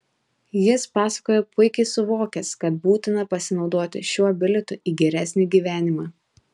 jis pasakoja puikiai suvokęs kad būtina pasinaudoti šiuo bilietu į geresnį gyvenimą